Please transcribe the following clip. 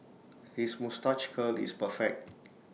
his moustache curl is perfect